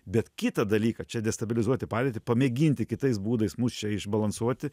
bet kitą dalyką čia destabilizuoti padėtį pamėginti kitais būdais mus čia išbalansuoti